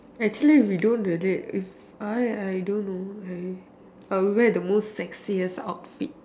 actually we don't really if I I don't know I I would wear the most sexiest outfit